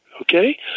okay